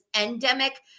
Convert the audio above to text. endemic